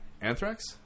Anthrax